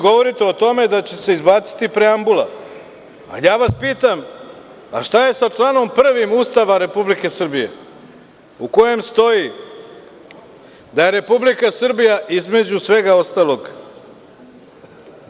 Govorite o tome da će se izbaciti preambula, a ja vas pitam šta je sa članom 1. Ustava Republike Srbije u kojem stoji da je Republika Srbija između svega ostalog